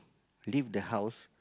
leave the house